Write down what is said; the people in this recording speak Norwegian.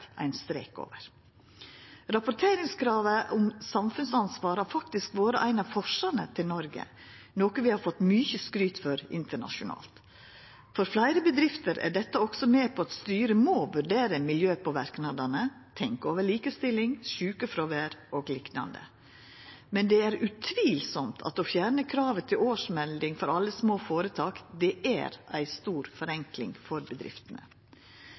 ein strek over. Rapporteringskravet om samfunnsansvar har faktisk vore ein av forsane til Noreg, noko vi har fått mykje skryt for internasjonalt. For fleire bedrifter er dette også med på at styret må vurdera miljøpåverknadene, tenkja over likestilling, sjukefråvær og liknande. Men utvilsamt er det å fjerna kravet til årsmelding for alle små føretak er ei stor forenkling for bedriftene.